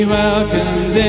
welcome